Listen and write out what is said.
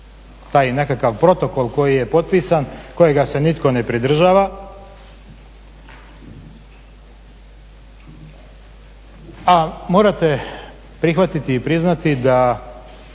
taj nekakav protokol koji je potpisan kojega se nitko ne pridržava. A morate prihvatiti i priznati da